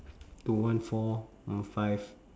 to one four one five